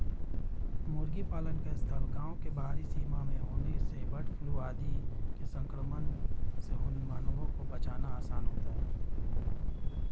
मुर्गी पालन का स्थल गाँव के बाहरी सीमा में होने से बर्डफ्लू आदि के संक्रमण से मानवों को बचाना आसान होता है